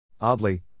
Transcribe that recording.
Oddly